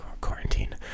quarantine